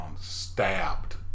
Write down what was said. stabbed